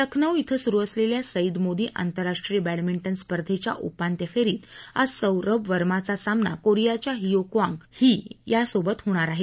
लखनौ क्वें सुरु असलेल्या सैद मोदी आंतरराष्ट्रीय बॅडमिंटन स्पर्धेच्या उपान्त्य फेरीत आज सौरभ वर्माचा सामना कोरियाच्या हियो क्वांग ही बरोबर होणार आहे